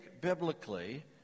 biblically